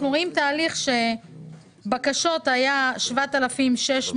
רואים שבקשות היו 7,665